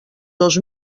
dos